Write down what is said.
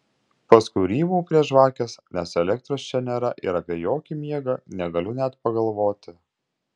paskui rymau prie žvakės nes elektros čia nėra ir apie jokį miegą negaliu net pagalvoti